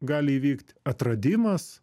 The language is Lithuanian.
gali įvykt atradimas